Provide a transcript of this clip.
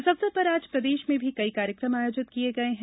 इस अवसर पर आज प्रदेश में भी कई कार्यक्रम आयोजित किये गये हैं